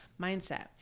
mindset